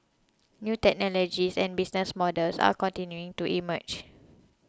new technologies and business models are continuing to emerge